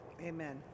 Amen